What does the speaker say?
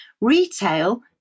retail